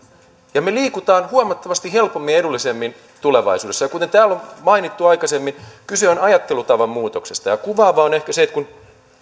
ja me liikumme huomattavasti helpommin ja edullisemmin tulevaisuudessa kuten täällä on mainittu aikaisemmin kyse on ajattelutavan muutoksesta kuvaavaa on ehkä se että kun